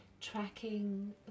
tracking